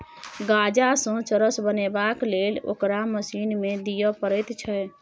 गांजासँ चरस बनेबाक लेल ओकरा मशीन मे दिए पड़ैत छै